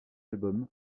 album